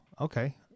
okay